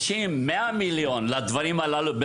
50 מיליון ₪ או 100 מיליון ₪ לדברים הללו,